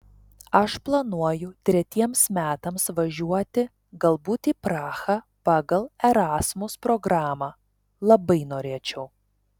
aš planuoju tretiems metams važiuoti galbūt į prahą pagal erasmus programą labai norėčiau